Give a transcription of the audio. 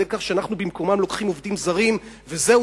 כך שבמקומם אנחנו לוקחים עובדים זרים וזהו,